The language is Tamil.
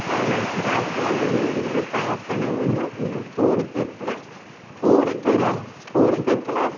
டாக்டர் ஆகணுன்ற ப கனவு வந்து கோடிப்பேருல கோடிப்பேர் கோடிப்பேருல